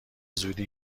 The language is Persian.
زودی